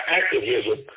activism